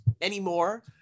anymore